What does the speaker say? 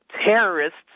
terrorists